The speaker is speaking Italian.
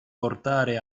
portare